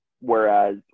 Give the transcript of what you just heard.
Whereas